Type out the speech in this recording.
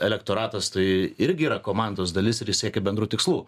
elektoratas tai irgi yra komandos dalis ir jis siekia bendrų tikslų